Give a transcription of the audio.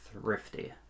thrifty